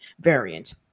variant